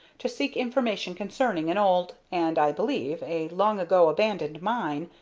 to seek information concerning an old, and, i believe, a long-ago-abandoned mine,